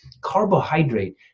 Carbohydrate